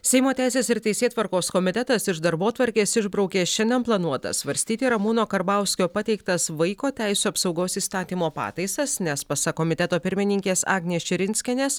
seimo teisės ir teisėtvarkos komitetas iš darbotvarkės išbraukė šiandien planuotas svarstyti ramūno karbauskio pateiktas vaiko teisių apsaugos įstatymo pataisas nes pasak komiteto pirmininkės agnės širinskienės